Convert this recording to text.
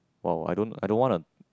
!wow! I don't I don't wanna